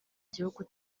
gihugu